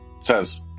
says